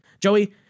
Joey